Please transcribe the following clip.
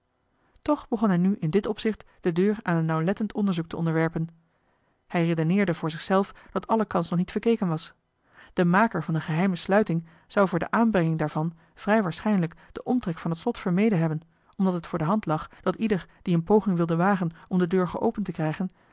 toch begon hij nu in dit opzicht de deur aan een nauwlettend onderzoek te onderwerpen hij redeneerde voor zichzelf dat alle kans nog niet verkeken was de maker van de geheime sluiting zou voor de aanbrenging daarvan vrij waarschijnlijk den omtrek van het slot vermeden hebben omdat het voor de hand lag dat ieder die een poging wilde wagen om de deur geopend te krijgen